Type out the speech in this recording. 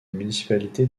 municipalité